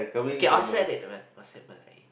okay I said it man I said Malay